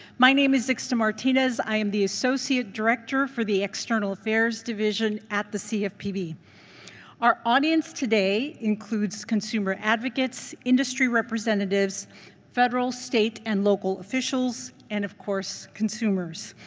my name is zixta martinez. i am the associate director for the external affairs division at the cfpb. our audience today includes consumer advocates industry representatives federal, state, and local officials and, of course, consumers.